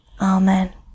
Amen